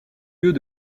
lieux